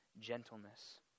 gentleness